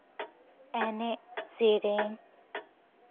ᱮᱱᱮᱡ ᱥᱮᱨᱮᱧ